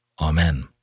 Amen